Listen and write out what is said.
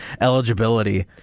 eligibility